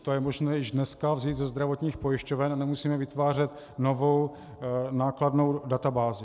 To je možné již dneska vzít ze zdravotních pojišťoven a nemusíme vytvářet novou nákladnou databázi.